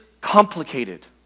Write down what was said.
complicated